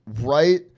right